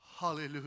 Hallelujah